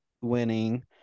winning